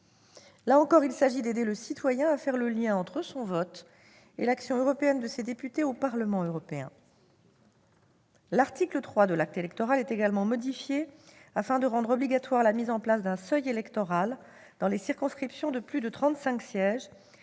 Là encore, il s'agit d'aider le citoyen à faire le lien entre son vote et l'action européenne de ses députés au Parlement européen. L'article 3 de l'acte électoral est également modifié, afin de rendre obligatoire la mise en place d'un seuil électoral dans les circonscriptions de plus de 35 sièges,